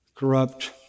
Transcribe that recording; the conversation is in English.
corrupt